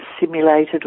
simulated